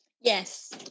Yes